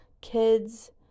kids